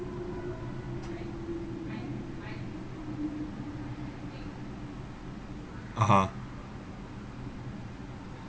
(uh huh)